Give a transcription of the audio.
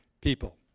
people